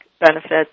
benefits